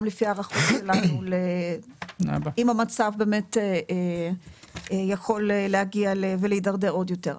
לפי ההערכות שלנו אם המצב באמת יכול להגיע ולהתדרדר עוד יותר.